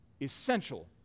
Essential